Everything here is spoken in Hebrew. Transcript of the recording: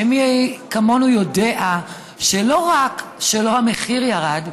שמי כמונו יודע שלא רק שהמחיר לא ירד,